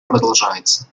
продолжается